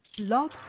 Love